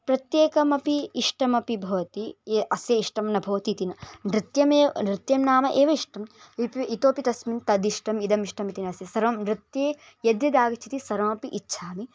प्रत्येकमपि इष्टमपि भवति ये अस्य इष्टं न भवति इति न नृत्यं नृत्यं नाम एव इष्टम् इपि इतोऽपि तस्मिन् तदिष्टम् इदमिष्टम् इति नास्ति सर्वं नृत्ये यद् यद् आगच्छति सर्वमपि इच्छामि